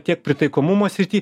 tiek pritaikomumo srity